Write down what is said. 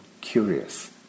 curious